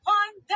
one